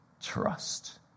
trust